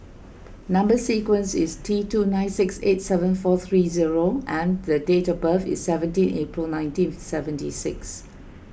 Number Sequence is T two nine six eight seven four three zero and date of birth is seventeen April nineteen seventy six